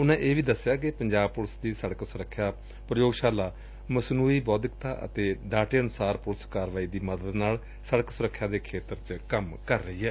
ਉਨ੍ਨਾ ਇਹ ਵੀ ਦਸਿਆ ਕਿ ਪੰਜਾਬ ਪੁਲਿਸ ਦੀ ਸੜਕ ਸੁਰੱਖਿਆ ਪ੍ਰਯੋਗਸ਼ਾਲਾ ਮਸਨੁਈ ਬੋਧਿਕਤਾ ਅਤੇ ਡਾਟੇ ਅਨੁਸਾਰ ਪੁਲਿਸ ਕਾਰਵਾਈ ਦੀ ਮਦਦ ਨਾਲ ਸੜਕ ਸੁਰੱਖਿਆ ਦੇ ਖੇਤਰ ਵਿਚ ਕੰਮ ਕਰ ਰਹੀ ਏ